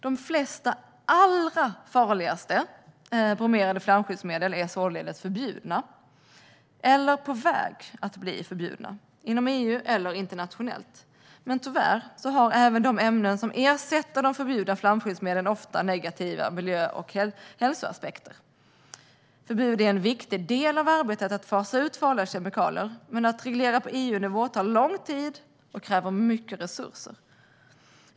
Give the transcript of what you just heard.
De flesta av de allra farligaste bromerade flamskyddsmedlen är således förbjudna, eller på väg att bli förbjudna, inom EU eller internationellt. Men tyvärr har även de ämnen som ersätter de förbjudna flamskyddsmedlen ofta negativa miljö och hälsoaspekter. Förbud är en viktig del av arbetet för att fasa ut farliga kemikalier, men att reglera på EU-nivå tar lång tid och kräver mycket resurser.